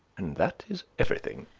and that is everything.